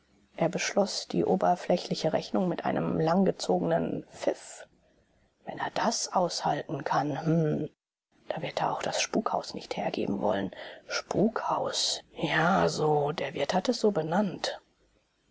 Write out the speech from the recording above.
er beschloß die oberflächliche rechnung mit einem langgezogenen pfiff wenn er das aushalten kann hm da wird er auch das spukhaus nicht hergeben wollen spukhaus ja so der wirt hatte es so benannt